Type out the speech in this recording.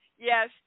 yes